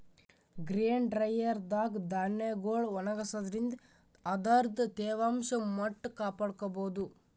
grain dryer ದಾಗ್ ಧಾನ್ಯಗೊಳ್ ಒಣಗಸಾದ್ರಿನ್ದ ಅದರ್ದ್ ತೇವಾಂಶ ಮಟ್ಟ್ ಕಾಪಾಡ್ಕೊಭೌದು